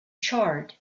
charred